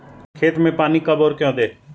खेत में पानी कब और क्यों दें?